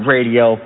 Radio